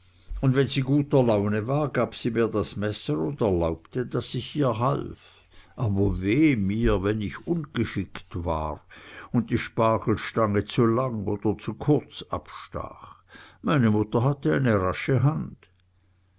und wenn sie guter laune war gab sie mir das messer und erlaubte daß ich ihr half aber weh mir wenn ich ungeschickt war und die spargelstange zu lang oder zu kurz abstach meine mutter hatte eine rasche hand